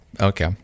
Okay